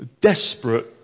desperate